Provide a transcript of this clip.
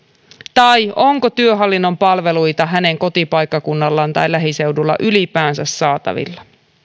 tai onko työhallinnon palveluita hänen kotipaikkakunnallaan tai lähiseudulla ylipäänsä saatavilla